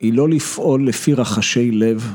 ‫היא לא לפעול לפי רחשי לב.